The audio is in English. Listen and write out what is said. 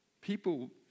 people